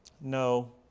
no